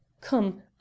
come